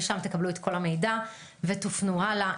משם תקבלו את כל המידע ותופנו הלאה,